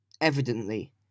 Evidently